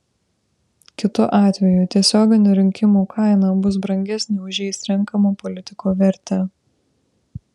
kitu atveju tiesioginių rinkimų kaina bus brangesnė už jais renkamo politiko vertę